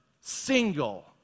single